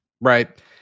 Right